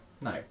No